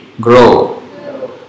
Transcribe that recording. grow